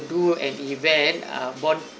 do an event uh bond~